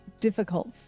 difficult